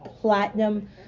platinum